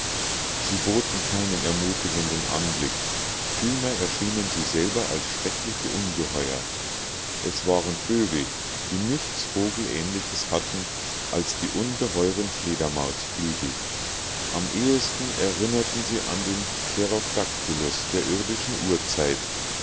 sie boten keinen ermutigenden anblick vielmehr erschienen sie selber als schreckliche ungeheuer es waren vögel die nichts vogelähnliches hatten als die ungeheuren fledermausflügel am ehesten erinnerten sie an den pterodaktylus der irdischen urzeit